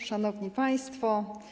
Szanowni Państwo!